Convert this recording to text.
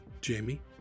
Jamie